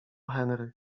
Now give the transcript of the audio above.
henry